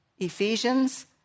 Ephesians